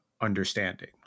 understanding